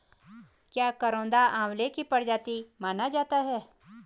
क्या करौंदा आंवले की प्रजाति माना जाता है?